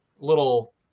little